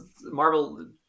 Marvel